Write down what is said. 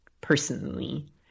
personally